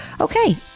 Okay